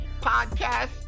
Podcast